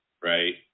right